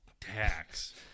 tax